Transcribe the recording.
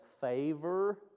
favor